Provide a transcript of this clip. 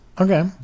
Okay